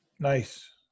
Nice